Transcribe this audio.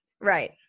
right